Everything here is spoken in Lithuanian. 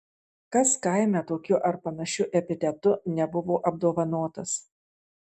kas kaime tokiu ar panašiu epitetu nebuvo apdovanotas